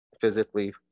physically